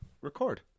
Record